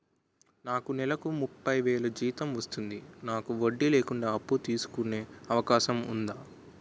నాకు నేలకు ముప్పై వేలు జీతం వస్తుంది నాకు వడ్డీ లేకుండా అప్పు తీసుకునే అవకాశం ఉందా